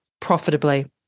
profitably